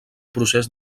procés